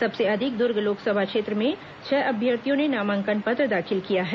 सबसे अधिक दुर्ग लोकसभा क्षेत्र में छह अभ्यर्थियों ने नामांकन पत्र दाखिल किया है